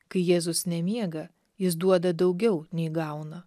kai jėzus nemiega jis duoda daugiau nei gauna